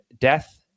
death